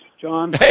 John